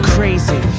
Crazy